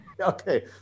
okay